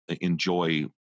enjoy